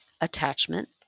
attachment